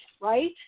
right